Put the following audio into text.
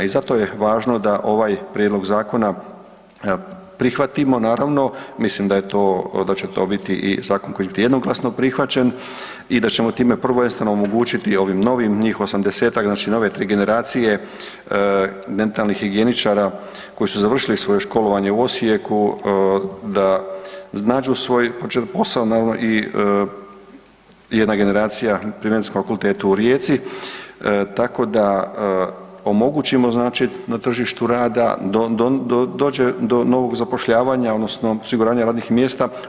I zato je važno da ovaj prijedlog zakona prihvatimo naravno, mislim da će to biti i zakon koji će biti jednoglasno prihvaćen i da ćemo time prvenstveno omogućiti ovim novim njih 80-tak, znači nove 3 generacije dentalnih higijeničara koji su završili svoje školovanje u Osijeku da nađu svoj posao i jedna generacija pri Medicinskom fakultetu u Rijeci, tako da omogućimo znači na tržištu rada da dođe do novog zapošljavanja odnosno osiguranja radnih mjesta.